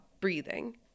breathing